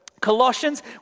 Colossians